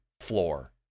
floor